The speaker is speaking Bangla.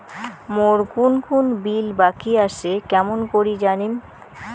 মোর কুন কুন বিল বাকি আসে কেমন করি জানিম?